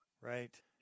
Right